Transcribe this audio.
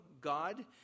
God